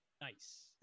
Nice